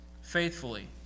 faithfully